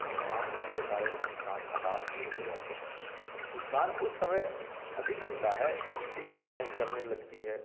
नुकसान होने के कारण किसान हताश भी होते रहते हैं नुकसान उस समय अधिक होता है जब तेज हवाएँ चलने लगती है